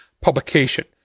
publication